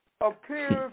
appears